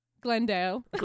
Glendale